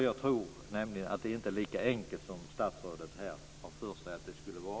Jag tror nämligen att det inte är lika enkelt som statsrådet har för sig att det är.